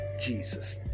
Jesus